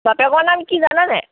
বাপেকৰ নাম কি জানা নাই